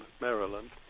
Maryland